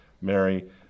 Mary